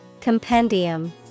Compendium